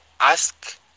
ask